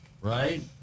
Right